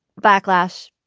backlash,